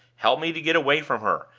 help me to get away from her!